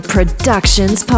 Productions